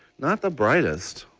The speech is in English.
not the brightest,